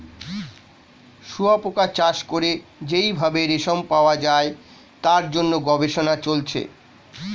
শুয়োপোকা চাষ করে যেই ভাবে রেশম পাওয়া যায় তার জন্য গবেষণা চলছে